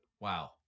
Wow